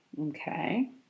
Okay